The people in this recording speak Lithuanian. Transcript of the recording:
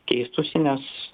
keistųsi nes